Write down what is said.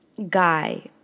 guy